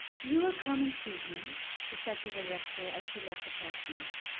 you will come and see him? she said to the rector, as she left the parsonage.